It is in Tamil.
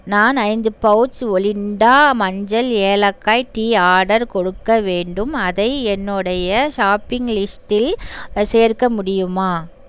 நான் ஐந்து பவுச் ஒலிண்டா மஞ்சள் ஏலக்காய் டீ ஆர்டர் கொடுக்க வேண்டும் அதை என்னுடைய ஷாப்பிங் லிஸ்டில் சேர்க்க முடியுமா